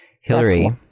hillary